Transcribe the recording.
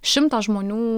šimtas žmonių